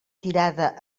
tirada